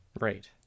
Right